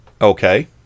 Okay